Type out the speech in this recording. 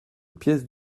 pièces